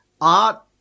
art